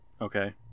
Okay